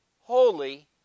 holy